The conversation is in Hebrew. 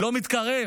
לא מתקרב